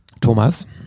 Thomas